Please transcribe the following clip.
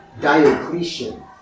Diocletian